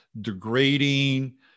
degrading